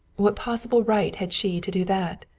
what possible right had she to do that?